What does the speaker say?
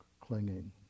clinging